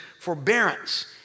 forbearance